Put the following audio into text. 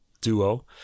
duo